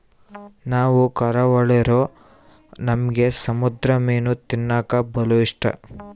ನಾವು ಕರಾವಳಿರೂ ನಮ್ಗೆ ಸಮುದ್ರ ಮೀನು ತಿನ್ನಕ ಬಲು ಇಷ್ಟ